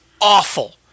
awful